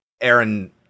Aaron